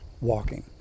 walking